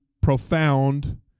profound